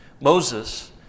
Moses